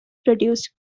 produced